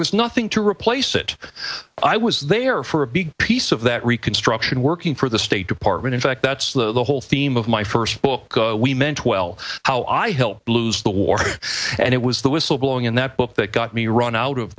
was nothing to replace it i was there for a big piece of that reconstruction working for the state department in fact that's the whole theme of my first book we meant well how i helped lose the war and it was the whistleblowing in that book that got me run out of